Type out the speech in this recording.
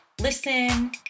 listen